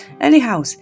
Anyhow